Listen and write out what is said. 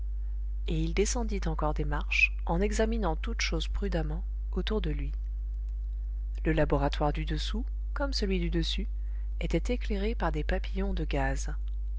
et il descendit encore des marches en examinant toutes choses prudemment autour de lui le laboratoire du dessous comme celui du dessus était éclairé par des papillons de gaz